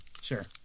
Sure